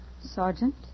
Sergeant